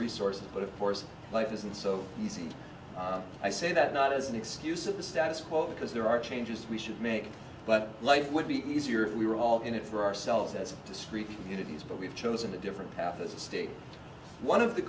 resources but of course life isn't so easy and i say that not as an excuse of the status quo because there are changes we should make but life would be easier if we were all in it for ourselves as discrete communities but we've chosen a different path as a state one of the